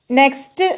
next